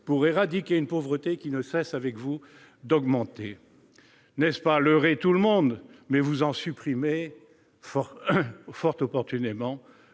pour éradiquer une pauvreté qui ne cesse, avec vous, d'augmenter, n'est-ce pas leurrer tout le monde ? Mais vous en supprimez, fort opportunément,